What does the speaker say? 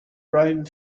rome